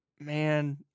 Man